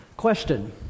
question